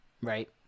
right